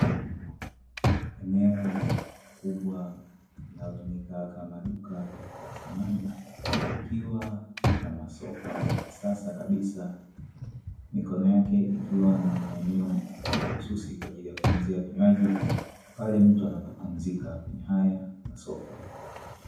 Eneo kubwa linalotumika kama duka la samani ikiwa na masofa ya kisasa kabisa mikono yake, ikiwa na maeneo mahususi kwa ajili ya kutunzia vinywaji pale mtu anapopumzika kwenye haya masofa.